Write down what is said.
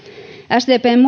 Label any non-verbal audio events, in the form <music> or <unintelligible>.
sdpn <unintelligible>